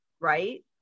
right